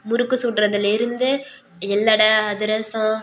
முறுக்கு சுடுறதுலேருந்து எல்லடை அதிரசம்